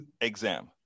exam